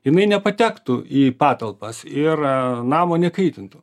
jinai nepatektų į patalpas ir namo nekaitintų